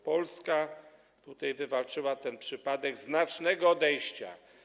Polska wywalczyła ten przypadek znacznego odejścia.